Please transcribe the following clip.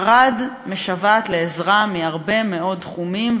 ערד משוועת לעזרה בהרבה מאוד תחומים,